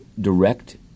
direct